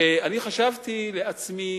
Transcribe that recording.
וחשבתי לעצמי